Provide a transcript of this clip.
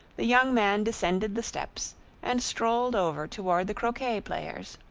the young man descended the steps and strolled over toward the croquet players,